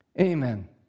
Amen